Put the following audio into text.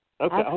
Okay